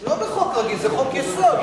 זה לא חוק רגיל, זה חוק-יסוד.